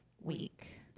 week